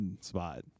spot